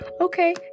Okay